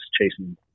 chasing